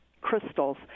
crystals